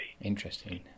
Interesting